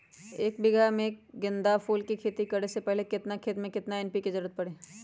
एक बीघा में गेंदा फूल के खेती करे से पहले केतना खेत में केतना एन.पी.के के जरूरत परी?